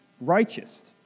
righteous